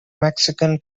mexican